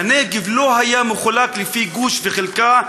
הנגב לא היה מחולק לפי גוש וחלקה,